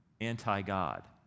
anti-God